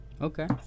Okay